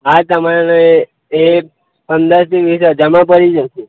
હા તમારે એ પંદરથી વીસ હજારમાં પડી જશે